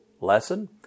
lesson